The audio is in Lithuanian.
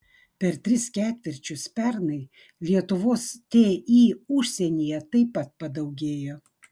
per tris ketvirčius pernai lietuvos ti užsienyje taip pat padaugėjo